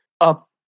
up